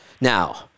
Now